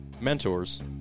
mentors